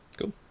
Cool